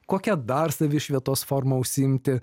kokia dar savišvietos formą užsiimti